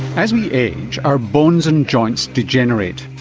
as we age, our bones and joints degenerate.